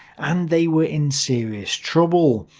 and they were in serious trouble.